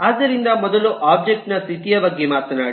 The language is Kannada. ಆದ್ದರಿಂದ ಮೊದಲು ಒಬ್ಜೆಕ್ಟ್ ನ ಸ್ಥಿತಿಯ ಬಗ್ಗೆ ಮಾತನಾಡಿ